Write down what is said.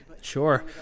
Sure